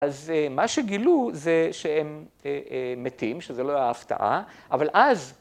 ‫אז מה שגילו זה שהם מתים, ‫שזה לא היה הפתעה, ‫אבל אז...